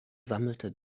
sammelte